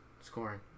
scoring